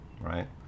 right